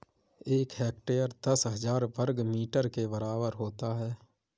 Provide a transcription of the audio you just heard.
एक हेक्टेयर दस हजार वर्ग मीटर के बराबर होता है